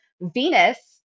Venus